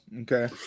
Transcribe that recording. Okay